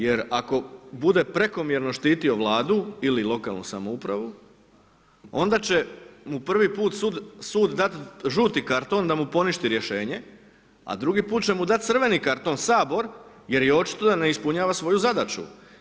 Jer ako bude prekomjerno štitio vladu ili lokalnu samoupravu, onda će mu prvi put sud dati žuti karton, da mu poništi rješenje, a drugi put će mu dati crveni karton sabor, jer je očito da ne ispunjava svoju zadaću.